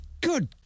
good